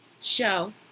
show